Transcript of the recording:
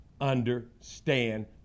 understand